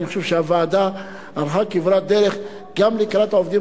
אני חושב שהוועדה הלכה כברת דרך גם לקראת העובדים